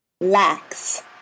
Lax